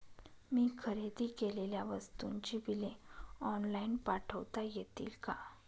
मी खरेदी केलेल्या वस्तूंची बिले ऑनलाइन पाठवता येतील का?